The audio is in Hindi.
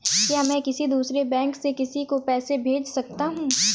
क्या मैं किसी दूसरे बैंक से किसी को पैसे भेज सकता हूँ?